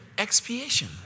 Expiation